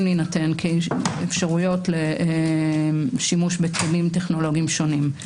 להינתן אפשרויות לשימוש בכלים טכנולוגיים שונים.